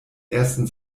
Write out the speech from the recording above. ersten